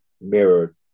Mirrored